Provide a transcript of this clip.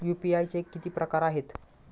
UPI चे किती प्रकार आहेत?